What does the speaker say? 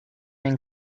and